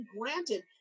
granted